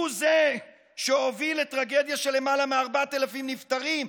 הוא זה שהוביל לטרגדיה של למעלה מ-4,000 נפטרים.